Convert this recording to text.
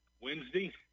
Wednesday